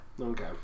Okay